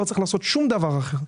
לא צריך לעשות שום דבר אחר.